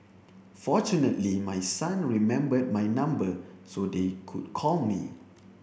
fortunately my son remembered my number so they could call me